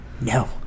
No